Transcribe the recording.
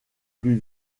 plus